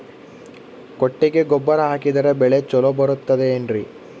ಕೊಟ್ಟಿಗೆ ಗೊಬ್ಬರ ಹಾಕಿದರೆ ಬೆಳೆ ಚೊಲೊ ಬರುತ್ತದೆ ಏನ್ರಿ?